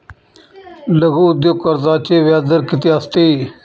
लघु उद्योग कर्जाचे व्याजदर किती असते?